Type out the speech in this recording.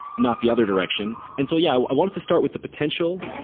not the other direction. and so yeah, i wanted to start with the potential,